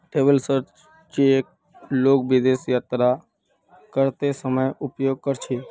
travellers cheque लोग विदेश यात्रा करते समय उपयोग कर छे